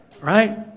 Right